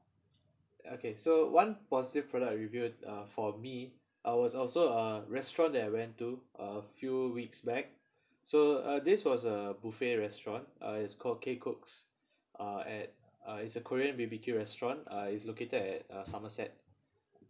okay so one positive product reviewed uh for me I was also a restaurant that I went to a few weeks back so uh this was a buffet restaurant uh it's called K.Cook uh at uh it's a korean B_B_Q restaurant uh it's located at uh somerset